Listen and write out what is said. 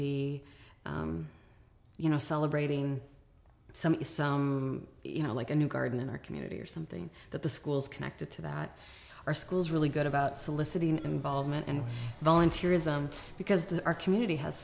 be you know celebrating some you know like a new garden in our community or something that the schools connected to that are schools really good about soliciting involvement and volunteerism because the our community has